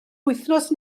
wythnos